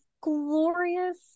glorious